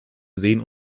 sehen